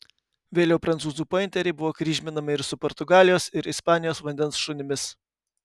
vėliau prancūzų pointeriai buvo kryžminami ir su portugalijos ir ispanijos vandens šunimis